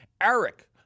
Eric